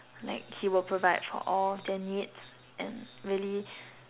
like he will provide for all of their needs and really